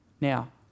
Now